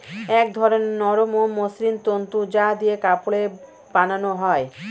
এক ধরনের নরম ও মসৃণ তন্তু যা দিয়ে কাপড় বানানো হয়